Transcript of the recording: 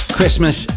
Christmas